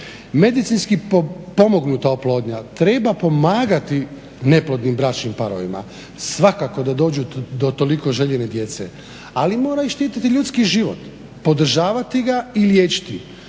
Medicinski pomognuta oplodnja treba pomagati neplodnim bračnim parovima, svakako da dođu do toliko željene djece ali mora i štititi ljudski život, podržavati ga i liječiti